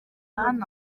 hano